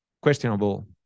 questionable